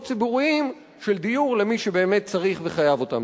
ציבוריים של דיור למי שבאמת צריך וחייב אותם.